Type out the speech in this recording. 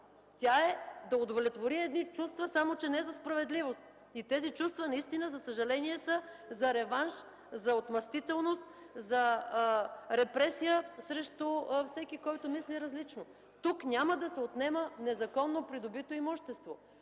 Тя е да удовлетвори едни чувства, само че не за справедливост. Тези чувства, за съжаление, наистина са за реванш, за отмъстителност, за репресия срещу всеки, който мисли различно. Тук няма да се отнема незаконно придобито имущество.